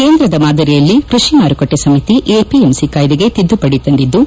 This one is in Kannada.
ಕೇಂದ್ರದ ಮಾದರಿಯಲ್ಲಿ ಕೈಷಿ ಮಾರುಕಟ್ಷೆ ಸಮಿತಿ ಎಪಿಎಂಸಿ ಕಾಯ್ದೆಗೆ ತಿದ್ದುಪಡಿ ತಂದಿದ್ದು